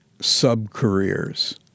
sub-careers